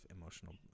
emotional